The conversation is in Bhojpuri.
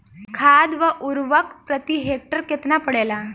खाध व उर्वरक प्रति हेक्टेयर केतना पड़ेला?